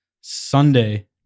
Sunday